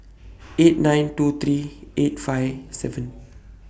eight nine two three eight five seven